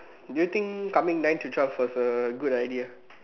do you think coming nine to twelve was a good idea